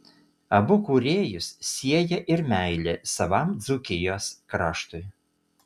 abu kūrėjus sieja ir meilė savam dzūkijos kraštui